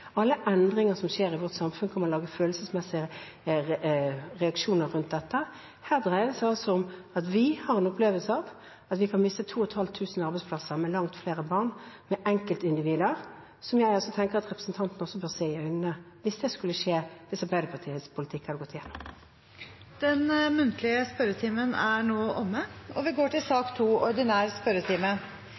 Alle endringer som skjer i vårt samfunn, kan man lage følelsesmessige reaksjoner rundt. Her dreier det seg om at vi har en opplevelse av at vi kan miste 2 500 arbeidsplasser – med langt flere barn og enkeltindivider, som jeg tenker at representanten også må se i øynene hvis det skulle skje – hvis Arbeiderpartiets politikk hadde gått igjennom. Den muntlige spørretimen er nå omme. Det blir svært mange endringer i den oppsatte spørsmålslisten i dag, og